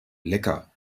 lecker